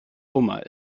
hummer